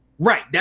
Right